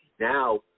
Now